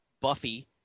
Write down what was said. Buffy –